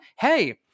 hey